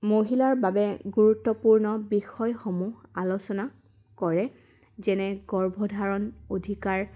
মহিলাৰ বাবে গুৰুত্বপূৰ্ণ বিষয়সমূহ আলোচনা কৰে যেনে গৰ্ভধাৰণ অধিকাৰ